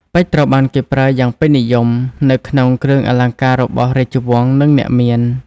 ពេជ្រត្រូវបានគេប្រើយ៉ាងពេញនិយមនៅក្នុងគ្រឿងអលង្ការរបស់ រាជវង្ស និង អ្នកមាន។